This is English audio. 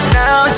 now